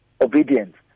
obedience